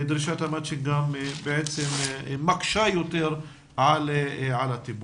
דרישת המצ'ינג גם בעצם מקשה יותר על הטיפול.